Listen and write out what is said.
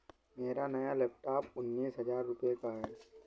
मेरा नया लैपटॉप उन्नीस हजार रूपए का है